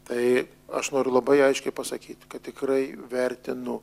tai aš noriu labai aiškiai pasakyt kad tikrai vertinu